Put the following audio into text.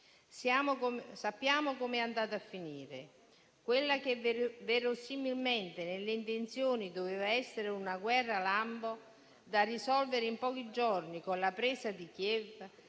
Sappiamo com'è andata a finire; quella che verosimilmente, nelle intenzioni, doveva essere una guerra lampo, da risolvere in pochi giorni con la presa di Kiev,